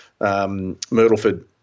myrtleford